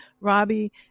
Robbie